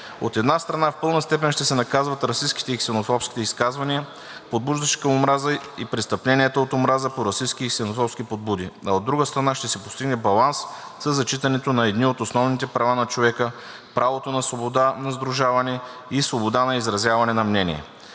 От една страна, в пълна степен ще се наказват расистките и ксенофобските изказвания, подбуждащи към омраза, и престъпленията от омраза по расистки и ксенофобски подбуди, а от друга страна, ще се постигне баланс със зачитането на едни от основните права на човека – правото на свобода на сдружаване и свобода на изразяване на мнение.